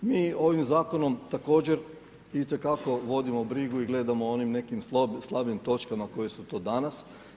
Mi ovim zakonom također itekako vodimo brigu i gledamo o onim nekim slabim točkama koje su to danas.